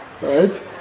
right